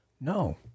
no